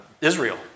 Israel